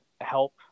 help